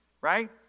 right